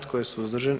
Tko je suzdržan?